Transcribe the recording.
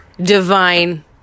divine